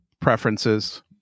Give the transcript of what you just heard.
preferences